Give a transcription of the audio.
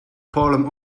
palm